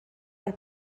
per